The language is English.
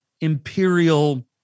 imperial